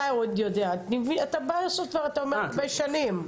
אתה יודע, אתה אומר שאתה באיירסופט הרבה שנים.